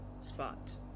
spot